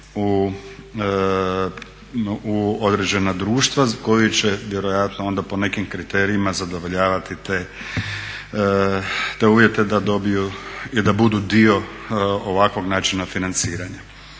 u određena društva koji će vjerojatno onda po nekim kriterijima zadovoljavati te uvjete da dobiju i da budu dio ovakvog načina financiranja.